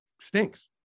stinks